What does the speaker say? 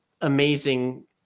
amazing